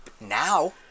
Now